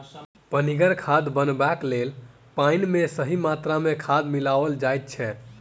पनिगर खाद बनयबाक लेल पाइन मे सही मात्रा मे खाद मिलाओल जाइत छै